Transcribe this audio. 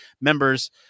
members